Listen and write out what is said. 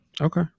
Okay